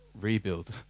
rebuild